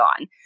on